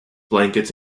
blankets